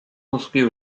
construits